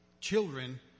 children